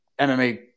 MMA